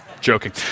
joking